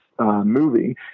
movie